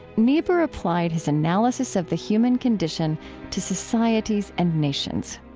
niebuhr applied his analysis of the human condition to societies and nations.